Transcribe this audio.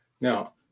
Now